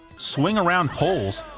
swing around poles,